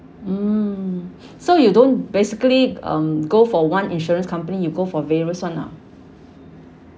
mm so you don't basically um go for one insurance company you go for various one ah